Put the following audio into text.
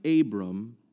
Abram